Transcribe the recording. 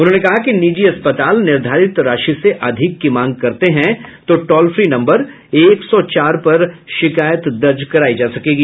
उन्होंने कहा कि निजी अस्पताल निर्धारित राशि से अधिक की मांग करते हैं तो टोल फ्री नम्बर एक सौ चार पर शिकायत दर्ज करायी जा सकेगी